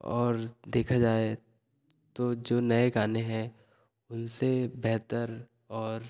और देखा जाए तो जो नए गाने हैं उनसे बेहतर और